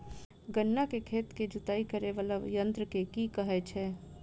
गन्ना केँ खेत केँ जुताई करै वला यंत्र केँ की कहय छै?